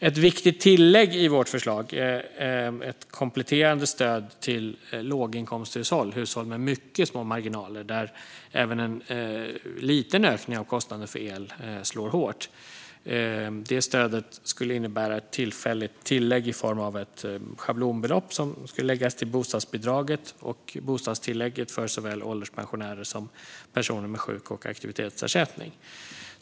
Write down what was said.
Ett viktigt tillägg i vårt förslag är ett kompletterande stöd till låginkomsthushåll och hushåll med mycket små marginaler, där även en liten ökning av kostnaden för el slår hårt. Det stödet skulle innebära ett tillfälligt tillägg i form av ett schablonbelopp till bostadsbidraget och bostadstillägget för såväl ålderspensionärer som personer med sjuk och aktivitetsersättning.